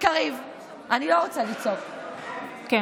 כמעט בהיחבא, ואני עוד לא מדברת על חיים רמון,